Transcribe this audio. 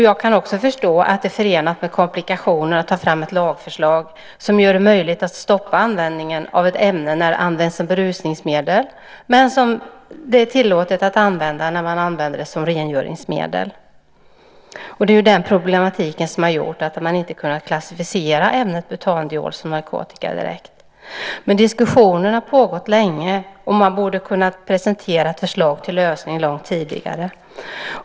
Jag kan också förstå att det är förenat med komplikationer att ta fram ett lagförslag som gör det möjligt att stoppa användningen av ett ämne som används som berusningsmedel men som det är tillåtet att använda som rengöringsmedel. Det är den problematiken som gjort att man har inte har kunnat klassificera ämnet butandiol som narkotika direkt. Men diskussionen har pågått länge, och man borde ha kunnat presentera ett förslag till lösning långt tidigare.